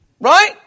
Right